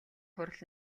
хурал